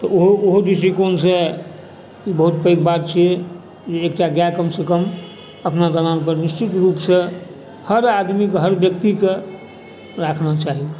तऽ ओहो ओहो दृष्टिकोणसँ ई बहुत पैघ बात छियै जे एकटा गाए कमसँ कम अपना दलानपर निश्चित रूपसँ हर आदमीके हर व्यक्तिके राखना चाही